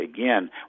again